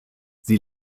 sie